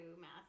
math